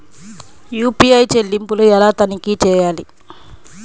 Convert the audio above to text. UPI చెల్లింపులు ఎలా తనిఖీ చేయాలి?